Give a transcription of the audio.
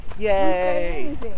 Yay